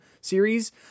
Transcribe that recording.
series